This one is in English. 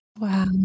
Wow